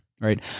right